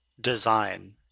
design